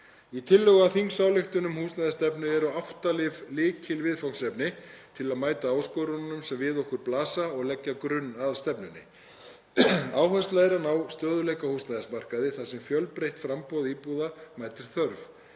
Í tillögu að þingsályktun um húsnæðisstefnu eru átta lykilviðfangsefni til að mæta áskorunum sem við okkur blasa og leggja grunn að stefnunni. Áhersla er að ná stöðugleika á húsnæðismarkaði þar sem fjölbreytt framboð íbúða mætir þörf.